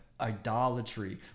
idolatry